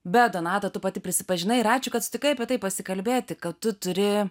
bet donata tu pati prisipažinai ir ačiū kad sutikai apie tai pasikalbėti kad tu turi